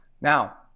Now